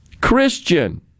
Christian